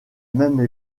même